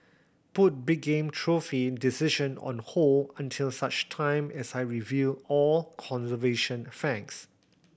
put big game trophy decision on hold until such time as I review all conservation facts